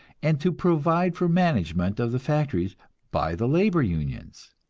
and to provide for management of the factories by the labor unions.